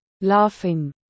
Laughing